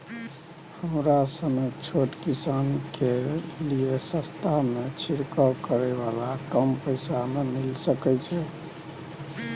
हमरा सनक छोट किसान के लिए सस्ता में छिरकाव करै वाला कम पैसा में मिल सकै छै?